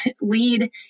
lead